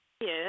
Yes